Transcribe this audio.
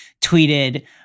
tweeted